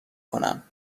کنم